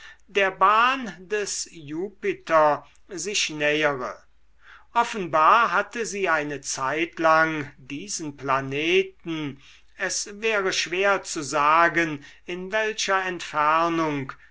der bahn des jupiter sich nähere offenbar hatte sie eine zeitlang diesen planeten es wäre schwer zu sagen in welcher entfernung